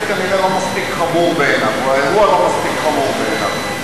כנראה לא מספיק חמור בעיניו או שהאירוע לא מספיק חמור בעיניו.